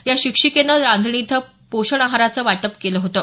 या शिक्षिकेनं रांजणी इथं पोषण आहाराचं वाटप केलं होतं